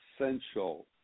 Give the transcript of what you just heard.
essential